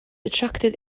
attracted